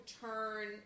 turn